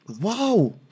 Wow